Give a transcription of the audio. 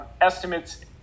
estimates